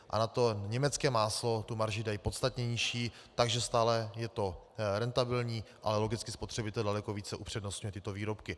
A na německé máslo tu marži dají podstatně nižší, takže stále je to rentabilní, ale logicky spotřebitel daleko více upřednostňuje tyto výrobky.